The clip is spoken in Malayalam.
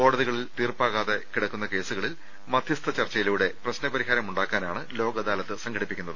കോടതികളിൽ തീർപ്പാകാതെ കിടക്കുന്ന കേസുകളിൽ മധ്യസ്ഥ ചർച്ചയിലൂടെ പ്രശ്ന പരി ഹാരമുണ്ടാക്കാനാണ് ലോക് അദാലത്ത് സംഘടിപ്പിക്കുന്നത്